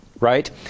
Right